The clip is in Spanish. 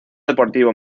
deportivo